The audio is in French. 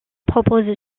proposent